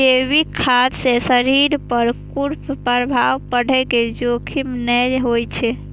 जैविक खाद्य सं शरीर पर कुप्रभाव पड़ै के जोखिम नै होइ छै